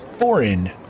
foreign